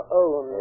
own